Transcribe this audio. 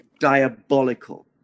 diabolical